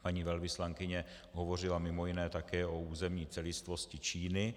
Paní velvyslankyně hovořila mimo jiné také o územní celistvosti Číny.